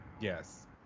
yes